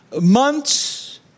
months